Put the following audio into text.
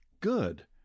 good